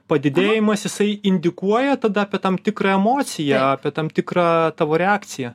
padidėjimas jisai indikuoja tada apie tam tikrą emociją apie tam tikrą reakciją